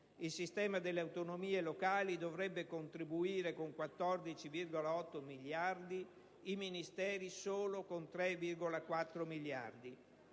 il sistema delle autonomie locali dovrebbe contribuire con 14,8 miliardi di euro, i Ministeri solo con 3,4 miliardi